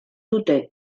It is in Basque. dute